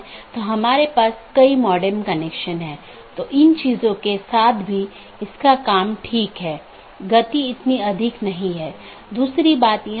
प्रत्येक AS के पास इष्टतम पथ खोजने का अपना तरीका है जो पथ विशेषताओं पर आधारित है